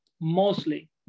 mostly